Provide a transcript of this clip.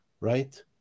right